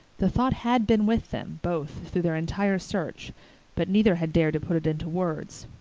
the thought had been with them both through their entire search but neither had dared to put it into words.